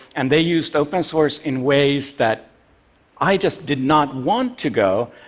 and they used open source in ways that i just did not want to go.